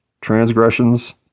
transgressions